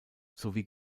sowie